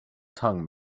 tongue